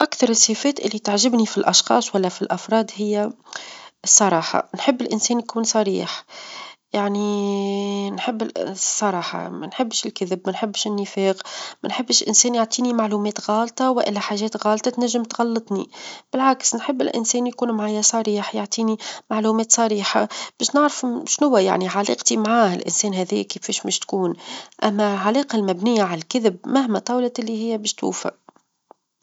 أكثر الصفات اللي تعجبني في الأشخاص، ولا في الأفراد هي الصراحة، نحب الإنسان يكون صريح، يعني نحب- ال- الصراحة ما نحبش الكذب ما نحبش النفاق، ما نحبش الإنسان يعطيني معلومات غالطة، والا حاجات غالطة تنجم تغلطني، بالعكس نحب الإنسان يكون معايا صريح يعطيني معلومات صريحة باش نعرفو شنوا يعني علاقتي معاه ها الإنسان هاذاك كيفاش باش تكون، أما العلاقة المبنية على الكذب مهما طولت اللي هي باش توفى.